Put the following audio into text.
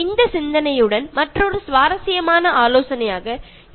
ഈ ചിന്തയോടൊപ്പം ഞാൻ ഇന്നത്തെ ലെസ്സന്റെ അവസാന ഭാഗത്തേക്ക് കടക്കുകയാണ്